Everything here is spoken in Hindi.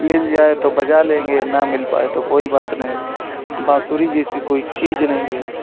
मिल जाए तो बजा लेंगे ना मिल पाए तो कोई बात नहीं बाँसुरी जैसी कोई चीज़ नहीं है